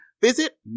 visit